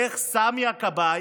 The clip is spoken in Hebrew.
איך סמי הכבאי,